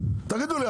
תגידו לי,